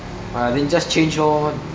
!aiya! then just change orh